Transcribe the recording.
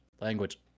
language